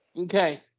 Okay